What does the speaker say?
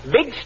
Big